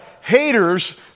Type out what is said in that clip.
haters